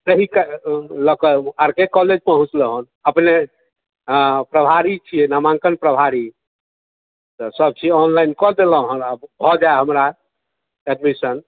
तहीके लऽ कऽ आर के कॉलेज पहुँचलहुँ हेँ अपने हँ प्रभारी छियै नामाङ्कन प्रभारी तऽ सभचीज ऑनलाइन कऽ देलहुँ हेँ आब भऽ जाए हमरा एडमिशन